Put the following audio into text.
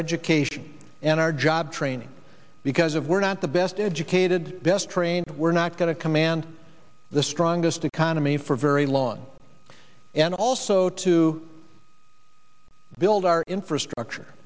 education and our job training because of we're not the best educated best trained we're not going to command the strongest economy for very long and also to build our infrastructure